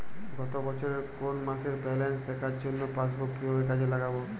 গত বছরের কোনো মাসের ব্যালেন্স দেখার জন্য পাসবুক কীভাবে কাজে লাগাব?